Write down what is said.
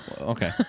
Okay